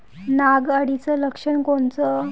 नाग अळीचं लक्षण कोनचं?